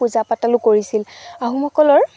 পূজা পাতলো কৰিছিল আহোমসকলৰ